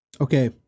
okay